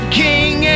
king